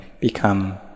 become